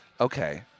Okay